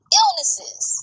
illnesses